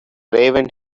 raven